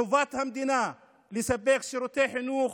חובת המדינה לספק שירותי חינוך,